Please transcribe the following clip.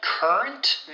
Current